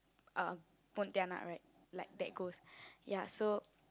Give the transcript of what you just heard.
uh Pontianak right like that ghost